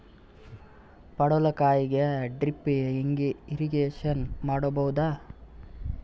ಪಡವಲಕಾಯಿಗೆ drip irrigation ಮಾಡಬೋದ?